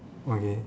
okay